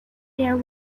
there